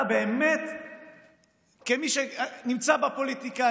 כמי שנמצא בפוליטיקה,